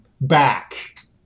back